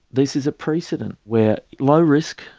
this is a precedent where low risk,